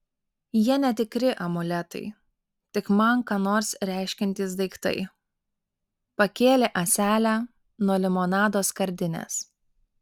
jie netikri amuletai tik man ką nors reiškiantys daiktai pakėlė ąselę nuo limonado skardinės